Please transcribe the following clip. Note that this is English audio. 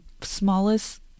smallest